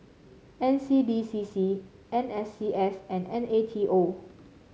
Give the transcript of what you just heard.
N C D C C N S C S and N A T O